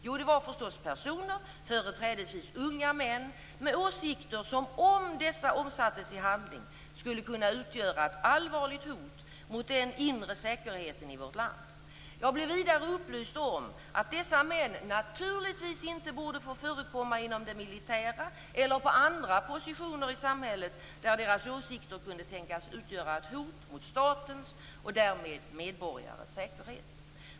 Jo, det var förstås personer, företrädesvis unga män, med åsikter som, om dessa omsattes i handling, skulle kunna utgöra ett allvarligt hot mot den inre säkerheten i vårt land. Jag blev vidare upplyst om att dessa män naturligtvis inte borde få förekomma i det militära eller på andra positioner i samhället där deras åsikter kunde tänkas utgöra ett hot mot statens och därmed medborgarnas säkerhet.